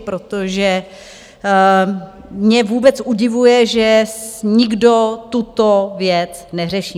Protože mě vůbec udivuje, že nikdo tuto věc neřeší.